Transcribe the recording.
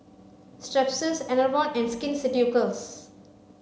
Strepsils Enervon and Skin Ceuticals